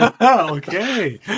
okay